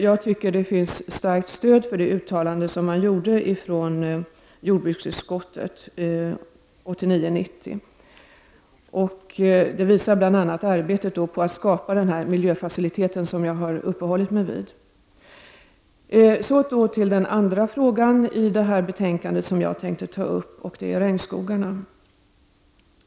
Jag anser att det finns ett starkt stöd för jordbruksutskottets uttalande under riksmötet 1989/90. Det visar bl.a. arbetet på att skapa den miljöfacilitet som jag tidigare har uppehållit mig vid. Så till den andra frågan i betänkandet som jag tänkte ta upp, nämligen regnskogarna.